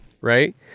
Right